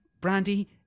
Brandy